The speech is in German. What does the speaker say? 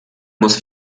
muss